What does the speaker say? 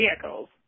vehicles